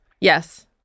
Yes